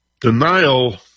denial